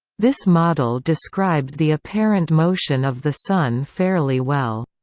this model described the apparent motion of the sun fairly well.